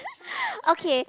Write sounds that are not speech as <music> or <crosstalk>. <laughs> okay